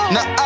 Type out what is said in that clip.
Now